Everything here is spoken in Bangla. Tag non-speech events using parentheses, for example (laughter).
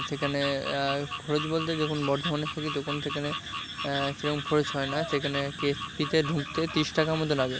সেখানে খরচ বলতে দেখুন বর্ধমানে খুবই (unintelligible) সেখানে সেরকম খরচ হয় না সেখানে কে এস পিতে ঢুকতে ত্রিশ টাকার মতো লাগে